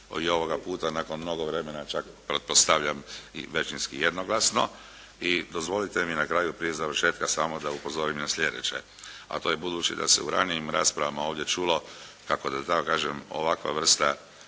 i ovoga puta nakon mnogo vremena čak pretpostavljam i većinski jednoglasno. I dozvolite mi na kraju prije završetka samo da upozorim na sljedeće, a to je budući da se u ranijim raspravama ovdje čulo kako da tako kažem ovakva vrsta